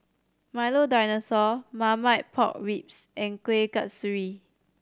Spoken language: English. Milo Dinosaur Marmite Pork Ribs and Kuih Kasturi